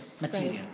material